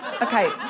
Okay